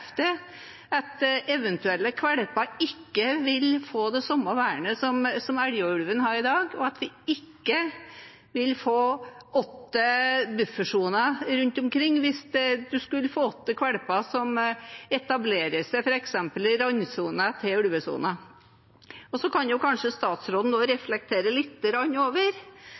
at eventuelle valper ikke vil få det samme vernet som Elgå-ulven har i dag, og at vi ikke vil få åtte buffersoner rundt omkring hvis vi skulle få åtte valper som etablerer seg f.eks. i randsonen til ulvesonen. Statsråden kan kanskje også reflektere lite grann over